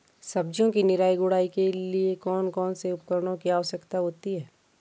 सब्जियों की निराई गुड़ाई के लिए कौन कौन से उपकरणों की आवश्यकता होती है?